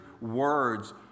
words